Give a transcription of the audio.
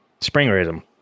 Springerism